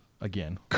again